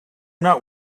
not